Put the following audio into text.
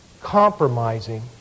compromising